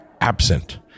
absent